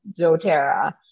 doTERRA